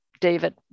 David